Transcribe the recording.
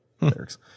lyrics